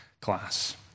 class